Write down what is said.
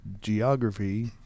geography